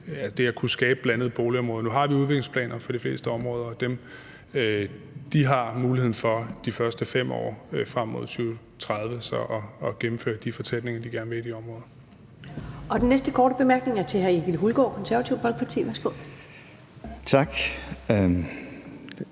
det at kunne skabe blandede boligområder. Nu har vi udviklingsplaner for de fleste områder, og med dem har man de første 5 år frem mod 2030 muligheden for at gennemføre de fortætninger, man gerne vil i de områder.